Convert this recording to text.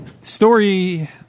Story